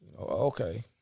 okay